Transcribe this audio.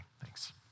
Thanks